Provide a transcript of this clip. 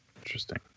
Interesting